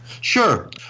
sure